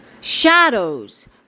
shadows